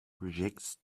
rejects